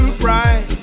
bright